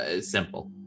simple